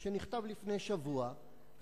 שנכתב לפני שבוע,